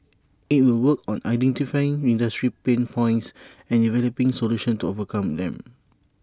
IT will work on identifying industry pain points and developing solutions to overcome them